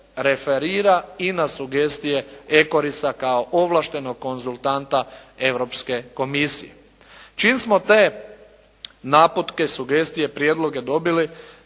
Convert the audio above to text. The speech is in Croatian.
referira i na sugestije "Ekorista" kao ovlaštenog konzultanta Europske komisije. Čim smo te naputke, sugestije, prijedloge dobili